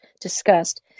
discussed